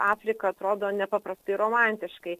afrika atrodo nepaprastai romantiškai